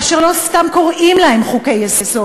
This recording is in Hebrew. אשר לא סתם קוראים להם חוקי-יסוד,